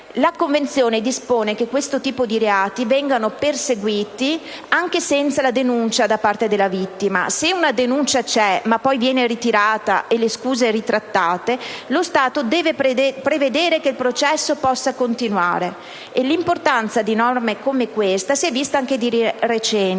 La Convenzione dispone poi che i reati in questione vengano perseguiti anche senza la denuncia da parte della vittima. Se una denuncia c'è, ma poi viene ritirata e le accuse ritrattate, lo Stato deve prevedere che il processo possa continuare. L'importanza di norme come questa si è vista anche di recente,